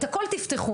את הכל תפתחו.